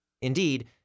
Indeed